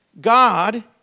God